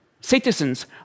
citizens